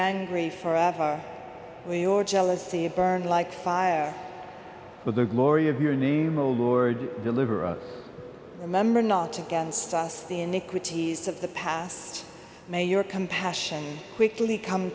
three forever when your jealousy burns like fire with the glory of your name oh lord deliver us remember not against us the iniquities of the past may your compassion quickly come